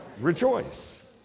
rejoice